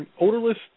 odorless